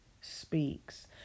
speaks